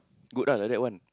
good lah like that one